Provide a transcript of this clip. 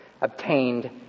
obtained